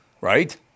Right